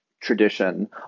tradition